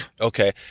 Okay